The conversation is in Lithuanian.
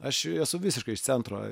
aš esu visiškai iš centro